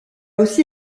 aussi